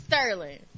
Sterling